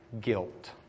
Guilt